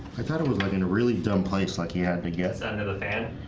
i thought it was like in a really dumb place like he had me guess. i never had